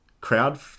crowd